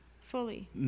Fully